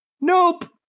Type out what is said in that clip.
Nope